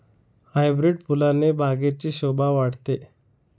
hybrid फुलाने बागेची शोभा वाढते